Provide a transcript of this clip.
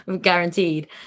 guaranteed